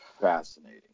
fascinating